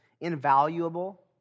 invaluable